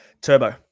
Turbo